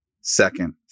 second